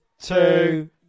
two